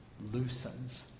loosens